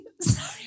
Sorry